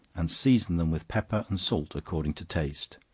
and season them with pepper and salt according to taste.